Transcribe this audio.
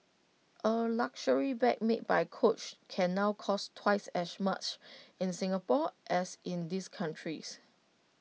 A luxury bag made by coach can now cost twice as much in Singapore as in these countries